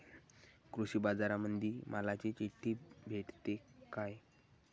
कृषीबाजारामंदी मालाची चिट्ठी भेटते काय?